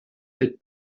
that